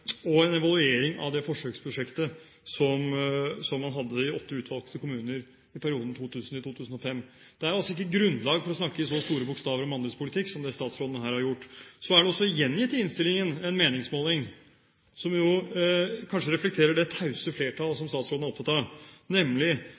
og en evaluering av det forsøksprosjektet som man hadde i åtte utvalgte kommuner i perioden 2000–2005. Det er altså ikke grunnlag for å snakke i så store bokstaver om andres politikk som det statsråden her har gjort. Så er det også gjengitt i innstillingen en meningsmåling som kanskje representerer det tause flertallet